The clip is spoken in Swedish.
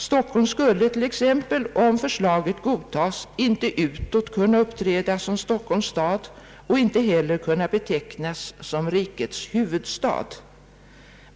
Stockholm skulle t.ex., om förslaget godtas, inte utåt kunna uppträda som Stockholms stad och inte heller kunna betecknas som rikets huvudstad.